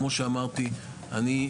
כמו שאמרתי,